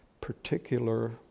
particular